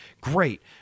Great